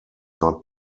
not